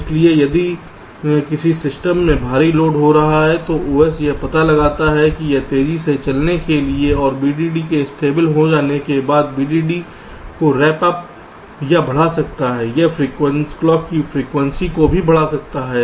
इसलिए यदि किसी सिस्टम में भारी लोड हो रहा है तो OS यह पता लगाता है कि यह तेजी से चलने के लिए और VDD के स्टेबल हो जाने के बाद VDD को रैंप अप या बढ़ा सकता है यह क्लॉक की फ्रीक्वेंसी को भी बढ़ा सकता है